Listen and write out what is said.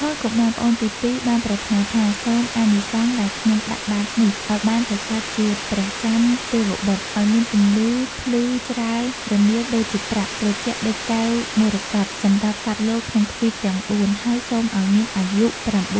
ថុល កុមារ (ប្អូនទីពីរ) បានប្រាថ្នាថា៖ "សូមអានិសង្សដែលខ្ញុំដាក់បាត្រនេះ ឱ្យបានទៅកើតជា ព្រះចន្ទទេវបុត្រ ឱ្យមានពន្លឺភ្លឺច្រាលរន្ទាលដូចជាប្រាក់ ត្រជាក់ដូចកែវមរកត សម្រាប់សត្វលោកក្នុងទ្វីបទាំង ៤ ហើយសូមឱ្យមានអាយុ